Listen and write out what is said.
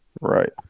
Right